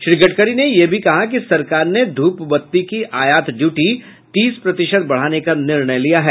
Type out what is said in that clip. श्री गडकरी ने ये भी कहा कि सरकार ने ध्रपबत्ती की आयात डीयूटी तीस प्रतिशत बढाने का निर्णय लिया है